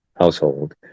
household